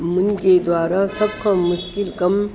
मुंहिंजे द्वारा सफ़ा मुश्किलु कमु